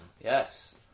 Yes